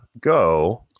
go